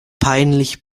peinlich